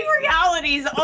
realities